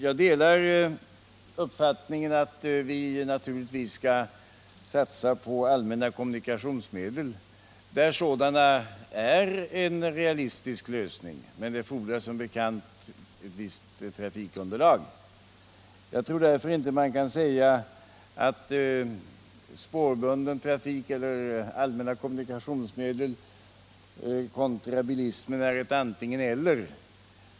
Jag delar uppfattningen att vi naturligtvis skall satsa på allmänna kommunikationsmedel där sådana är en realistisk lösning, men det fordras som vi vet ett visst trafikunderlag. Jag tror därför inte att man kan tala om spårbunden trafik och andra allmänna kommunikationsmedel kontra bilismen som ett antingen-eller.